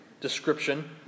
description